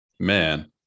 Man